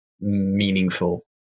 meaningful